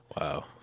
Wow